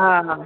आ हा